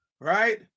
right